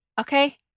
Okay